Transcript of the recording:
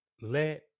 let